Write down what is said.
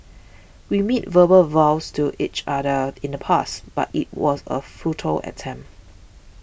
we made verbal vows to each other in the past but it was a futile attempt